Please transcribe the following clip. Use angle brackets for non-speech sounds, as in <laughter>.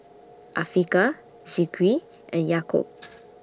Afiqah Zikri and Yaakob <noise>